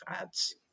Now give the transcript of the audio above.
ads